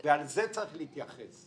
ועל זה צריך להתייחס.